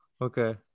Okay